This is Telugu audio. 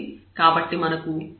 కాబట్టి మనకు x 12 మరియు 1 అని ఉంది